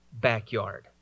backyard